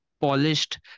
polished